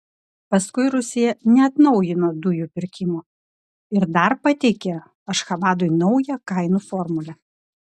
paskui rusija neatnaujino dujų pirkimo ir dar pateikė ašchabadui naują kainų formulę